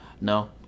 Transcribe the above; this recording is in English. No